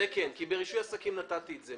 זה כן, כי ברישוי עסקים נתתי את זה.